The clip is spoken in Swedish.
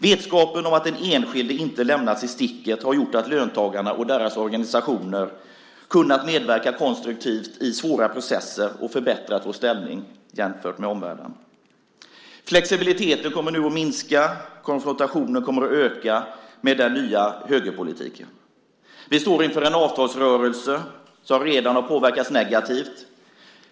Vetskapen om att den enskilde inte lämnas i sticket har gjort att löntagarna och deras organisationer har kunnat medverka konstruktivt i svåra processer och förbättrat vår ställning jämfört med omvärlden. Flexibiliteten kommer nu att minska. Konfrontationen kommer att öka med den nya högerpolitiken. Vi står inför en avtalsrörelse som redan har påverkats negativt.